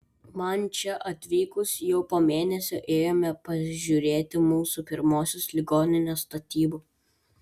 man čia atvykus jau po mėnesio ėjome pažiūrėti mūsų pirmosios ligoninės statybų